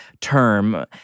term